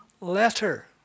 letter